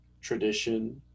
tradition